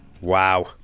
Wow